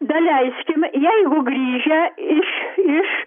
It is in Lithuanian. da leiskim jeigu grįžę iš iš